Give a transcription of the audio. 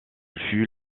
fut